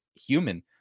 human